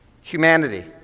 humanity